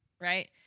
Right